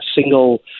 single